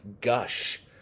gush